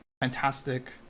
fantastic